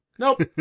Nope